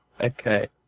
okay